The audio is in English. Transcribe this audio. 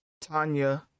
Tanya